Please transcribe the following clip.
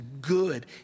good